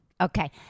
Okay